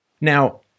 Now